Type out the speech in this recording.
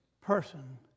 person